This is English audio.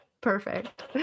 Perfect